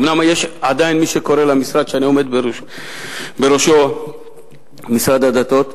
אומנם יש עדיין מי שקורא למשרד שאני עומד בראשו "משרד הדתות",